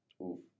Oof